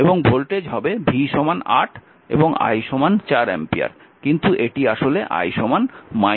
এবং ভোল্টেজ হবে V 8 এবং I 4 অ্যাম্পিয়ার কিন্তু এটি আসলে I 4 অ্যাম্পিয়ার